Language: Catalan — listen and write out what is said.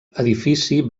edifici